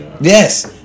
Yes